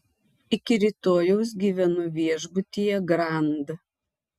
iki rytojaus gyvenu viešbutyje grand